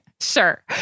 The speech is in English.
Sure